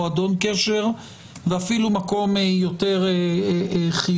מועדון ואפילו מקום יותר חיוני.